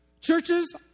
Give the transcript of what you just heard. Churches